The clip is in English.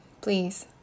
please